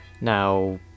now